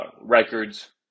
records